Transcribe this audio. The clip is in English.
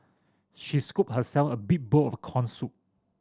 she scooped herself a big bowl of corn soup